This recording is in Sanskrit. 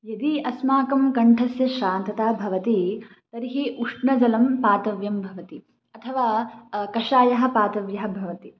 यदि अस्माकं कण्ठस्य श्रान्तता भवति तर्हि उष्णजलं पातव्यं भवति अथवा कषायः पातव्यः भवति